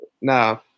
No